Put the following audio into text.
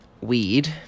weed